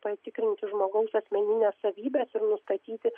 patikrinti žmogaus asmenines savybes ir nustatyti